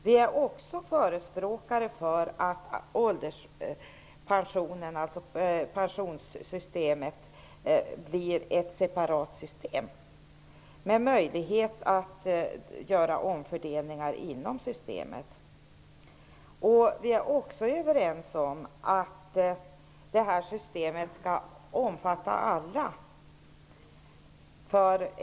Vi är också förespråkare för att pensionssystemet skall bli ett separat system med möjlighet att göra omfördelningar inom systemet. Vi är vidare överens om att detta system skall omfatta alla.